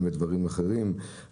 גם בדברים אחרים.